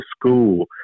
school